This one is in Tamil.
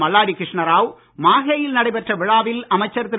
மல்லாடி கிருஷ்ணாராவ் மாஹேயில் நடைபெற்ற விழாவில் அமைச்சர் திரு